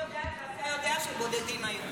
אני יודעת ואתה יודע שבודדים היו.